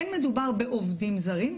אין מדובר בעובדים זרים,